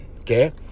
okay